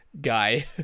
guy